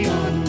on